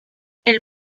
elle